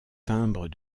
timbres